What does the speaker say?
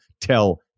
tell